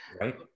right